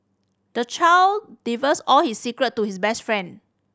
the child all his secret to his best friend